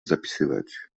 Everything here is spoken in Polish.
zapisywać